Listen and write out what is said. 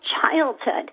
childhood